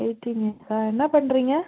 eighteen இயர்ஸா என்ன பண்ணுறிங்க